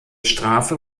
strafe